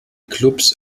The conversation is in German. klubs